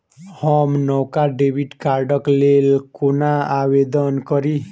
हम नवका डेबिट कार्डक लेल कोना आवेदन करी?